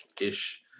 ish